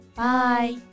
bye